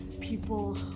people